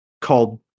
called